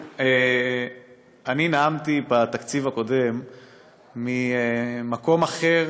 אני נאמתי בתקציב הקודם ממקום אחר